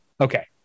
okay